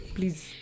Please